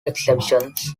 exceptions